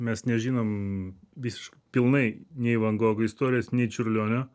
mes nežinom visiškai pilnai nei van gogo istorijos nei čiurlionio